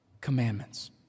commandments